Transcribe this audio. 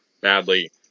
badly